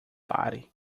pare